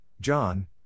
John